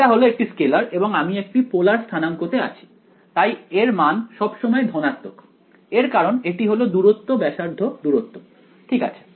এটা হল একটি স্কেলার এবং আমি একটি পোলার স্থানাংকতে আছি তাই এর মান সব সময় ধনাত্মক এর কারণ এটি হলো দূরত্ব ব্যাসার্ধ দূরত্ব ঠিক আছে